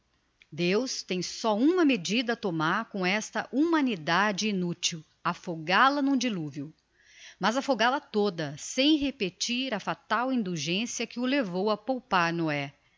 deus tem só uma medida a tomar com esta humanidade inutil afogal a n'um diluvio mas afogal a toda sem repetir a fatal indulgencia que o levou a poupar